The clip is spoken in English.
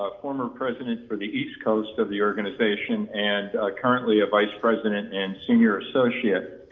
ah former president for the east coast of the organization and currently a vice president and senior associate.